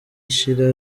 ishira